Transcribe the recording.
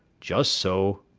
just so.